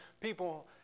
people